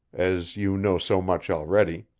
as you know so much already.